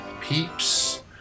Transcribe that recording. peeps